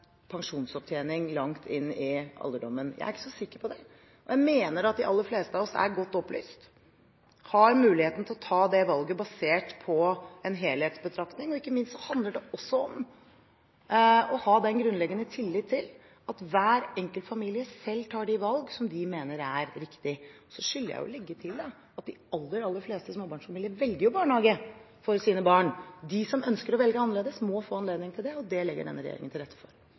pensjonsopptjening langt inn i alderdommen. Jeg er ikke så sikker på det. Jeg mener at de aller fleste av oss er godt opplyst, og har muligheten til å ta det valget basert på en helhetsbetraktning. Ikke minst handler det også om å ha den grunnleggende tillit til at hver enkelt familie selv tar de valg som de mener er riktige. Jeg skylder å legge til at de aller, aller fleste småbarnsfamilier velger barnehage for sine barn. De som ønsker å velge annerledes, må få anledning til det, og det legger denne regjeringen til rette for.